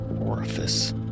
orifice